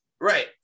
right